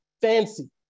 fancy